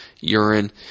urine